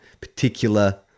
particular